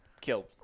killed